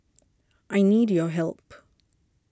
I need your help